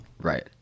Right